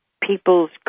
people's